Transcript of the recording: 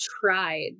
tried